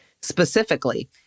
specifically